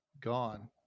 gone